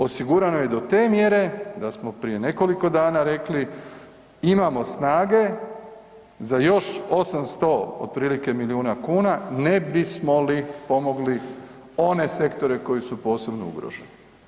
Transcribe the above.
Osigurano je do te mjere da smo prije nekoliko dana rekli imamo snage za još 800 otprilike milijuna kuna ne bismo li pomogli one sektore koji su posebno ugroženi.